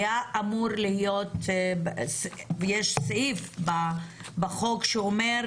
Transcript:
היה אמור להיות ויש סעיף בחוק שאומר